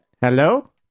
Hello